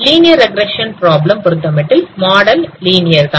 linear regression problem பொருத்தமட்டில் model linear தான்